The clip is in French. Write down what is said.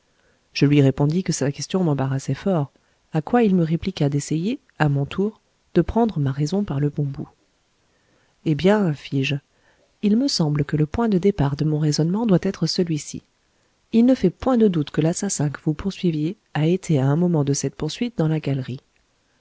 je lui répondis que sa question m'embarrassait fort à quoi il me répliqua d'essayer à mon tour de prendre ma raison par le bon bout eh bien fis-je il me semble que le point de départ de mon raisonnement doit être celui-ci il ne fait point de doute que l'assassin que vous poursuiviez a été à un moment de cette poursuite dans la galerie